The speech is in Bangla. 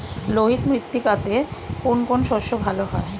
লোহিত মৃত্তিকাতে কোন কোন শস্য ভালো হয়?